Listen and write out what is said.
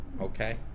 okay